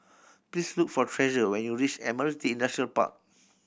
please look for Treasure when you reach Admiralty Industrial Park